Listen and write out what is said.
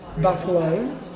Buffalo